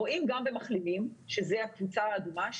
רואים גם במחלימים שזאת הקבוצה האדומה,